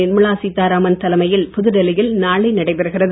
நிர்மலா சீதாராமன் தலைமையில் புதுடெல்லியில் நாளை நடைபெறுகிறது